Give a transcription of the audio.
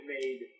made